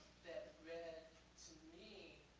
that read to me